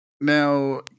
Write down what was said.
Now